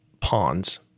pawns